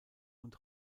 und